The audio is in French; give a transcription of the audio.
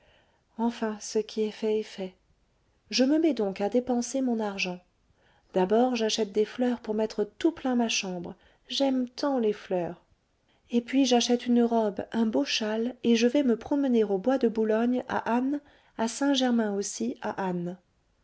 enfin ce qui est fait est fait je me mets donc à dépenser mon argent d'abord j'achète des fleurs pour mettre tout plein ma chambre j'aime tant les fleurs et puis j'achète une robe un beau châle et je vais me promener au bois de boulogne à âne à saint-germain aussi à âne